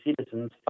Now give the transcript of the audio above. citizens